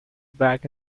back